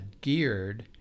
geared